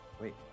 wait